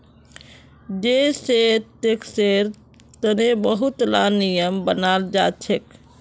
जै सै टैक्सेर तने बहुत ला नियम बनाल जाछेक